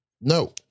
No